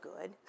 good